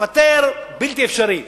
לפטר בלתי אפשרי.